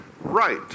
right